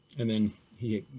and then he